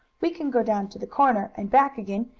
we can go down to the corner, and back again,